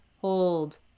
hold